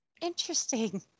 interesting